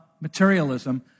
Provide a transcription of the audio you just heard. materialism